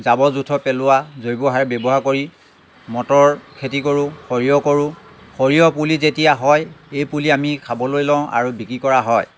জাবৰ জোঁথৰ পেলোৱা জৈৱ সাৰ ব্যৱহাৰ কৰি মটৰ খেতি কৰোঁ সৰিয়হ কৰোঁ সৰিয়হ পুলি যেতিয়া হয় এই পুলি আমি খাবলৈ লওঁ আৰু বিক্ৰী কৰা হয়